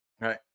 Right